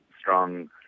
strong